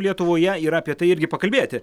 lietuvoje yra apie tai irgi pakalbėti